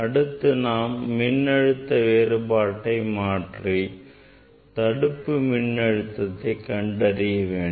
அடுத்து நாம் மின்னழுத்த வேறுபாட்டை மாற்றி தடுப்பு மின்னழுத்தத்தை கண்டறிய வேண்டும்